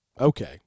Okay